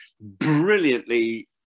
brilliantly